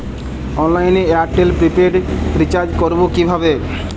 অনলাইনে এয়ারটেলে prepaid recharge করবো কিভাবে?